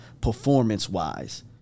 performance-wise